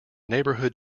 neighborhood